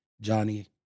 Johnny